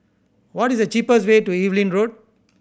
what is the cheapest way to Evelyn Road